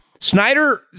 Snyder